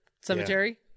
cemetery